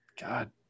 God